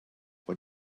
what